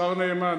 השר נאמן,